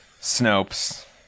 Snopes